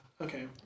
Okay